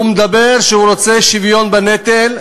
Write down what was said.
הוא מדבר שהוא רוצה שוויון בנטל,